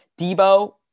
Debo